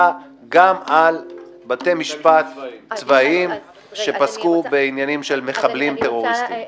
גם על בתי משפט צבאיים שפסקו בעניינים של מחבלים טרוריסטים.